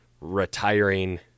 retiring